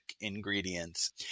ingredients